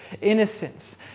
innocence